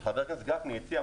מה שחבר הכנסת גפני הציע,